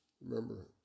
Remember